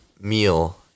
meal